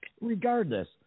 regardless